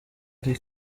ari